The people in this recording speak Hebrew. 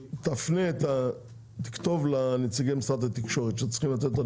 תכתוב את ההשגות שלך לנציגי משרד התקשורת שצריכים לתת לנו